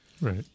Right